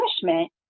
punishment